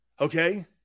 Okay